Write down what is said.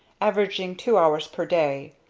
averaging two hours per day.